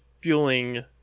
fueling